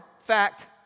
fact